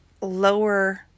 lower